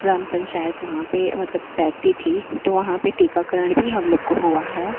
ग्राम पंचायत वहाँ पर मतलब बैठती थी तो वहाँ पर टीकाकरण भी हमलोग को हुआ है